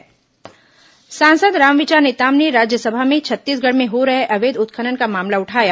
राज्यसभा नेताम सांसद रामविचार नेताम ने राज्यसभा में छत्तीसगढ़ में हो रहे अवैध उत्खनन का मामला उठाया